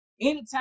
Anytime